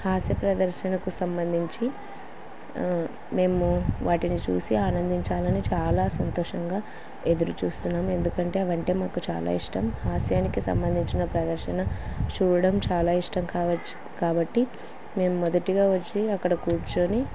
హాస్య ప్రదర్శనకు సంబంధించి మేము వాటిని చూసి ఆనందించాలని చాలా సంతోషంగా ఎదురుచూస్తున్నాం ఎందుకంటే అవంటే మాకు చాలా ఇష్టం హాస్యానికి సంబంధించిన ప్రదర్శన చూడడం చాలా ఇష్టం కావచ్చి కాబట్టి మేము మొదటిగా వచ్చి అక్కడ కూర్చుని